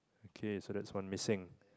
K so that's one missing